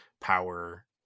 power